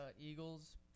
Eagles